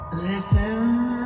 Listen